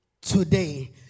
today